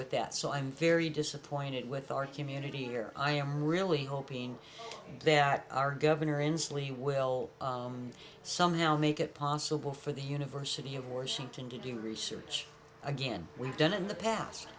with that so i'm very disappointed with our community here i am really hoping that our governor inslee will somehow make it possible for the university of washington to do research again we've done in the past